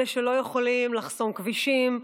אלה שלא יכולים לחסום כבישים,